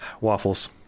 Waffles